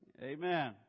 Amen